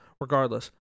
Regardless